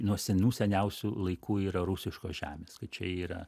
nuo senų seniausių laikų yra rusiškos žemės kad čia yra